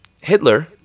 Hitler